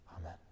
Amen